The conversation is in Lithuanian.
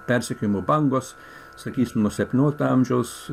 persekiojimų bangos sakysim nuo septyniolikto amžiaus